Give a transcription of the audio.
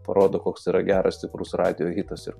parodo koks yra geras stiprus radijo hitas ir